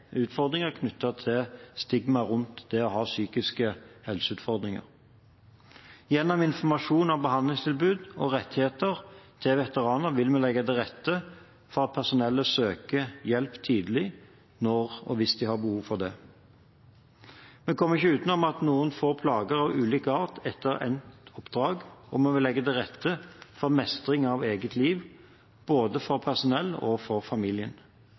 utfordringer knyttet til stigmaet rundt det å ha psykiske helseutfordringer. Gjennom informasjon om behandlingstilbud og rettigheter til veteraner vil vi legge til rette for at personellet søker hjelp tidlig, når og hvis de har behov for det. Vi kommer ikke utenom at noen får plager av ulik art etter endt oppdrag, og vi vil legge til rette for mestring av eget liv, både for personellet og for familien.